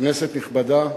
כנסת נכבדה,